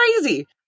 crazy